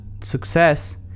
success